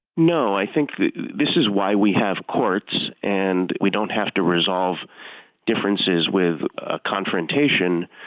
no, i think this is why we have courts and we don't have to resolve differences with confrontation.